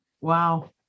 Wow